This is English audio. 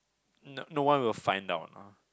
no no one will find out lah